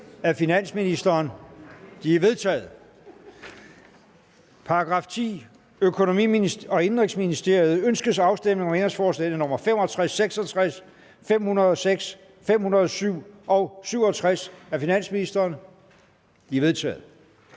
af finansministeren? De er vedtaget. Til § 10. Økonomi- og Indenrigsministeriet. Ønskes afstemning om ændringsforslag nr. 65, 66, 506, 507 og 67 af finansministeren? De er vedtaget.